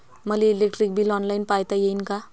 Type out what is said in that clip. मले electric bill online पायता येईन का?